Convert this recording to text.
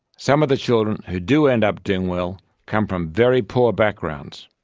some of the children who do end up doing well come from very poor backgrounds.